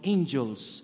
Angels